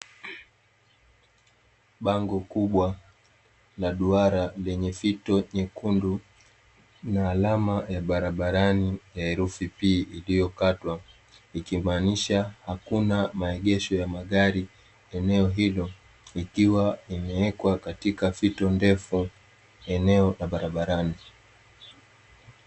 Bango kubwa la duara lenye fito nyekundu na alama ya barabarani ya herufi "P" iliyokatwa, ikimaanisha hakuna maegesho ya magari eneo hilo ikiwa imewekwa katika fito ndefu eneo la barabarani.